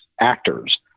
actors